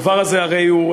הדבר הזה הרי הוא,